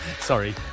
Sorry